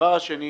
דבר שני,